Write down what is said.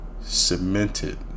Cemented